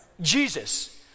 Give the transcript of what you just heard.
Jesus